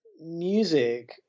music